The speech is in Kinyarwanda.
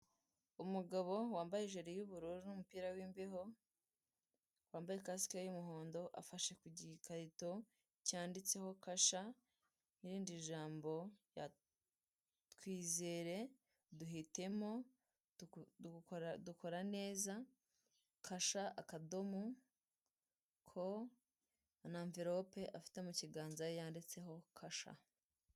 Umugabo wambaye ijiri y'ubururu n'umupira w'imbeho, wambaye kasike y'umuhondo afashe ku gikarito cyanditseho kasha, ni irindi jambo rya twizere, duhitemo dukora neza kasha akadomo ko n'anverope afite mu kiganza ye yanditseho kasha.